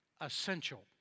essential